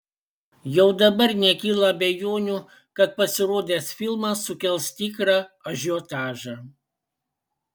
jau dabar nekyla abejonių kad pasirodęs filmas sukels tikrą ažiotažą